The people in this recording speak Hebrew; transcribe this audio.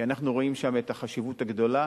כי אנחנו רואים שם את החשיבות הגדולה